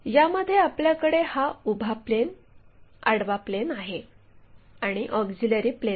यामध्ये आपल्याकडे हा उभा प्लेन आडवा प्लेन आहे आणि ऑक्झिलिअरी प्लेन आहे